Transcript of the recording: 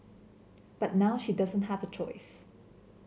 but now she doesn't have a choice